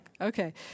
okay